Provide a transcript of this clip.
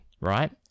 right